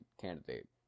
Candidate